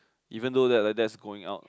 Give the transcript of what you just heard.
even though that like that's going out